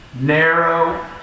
Narrow